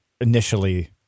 initially